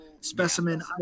specimen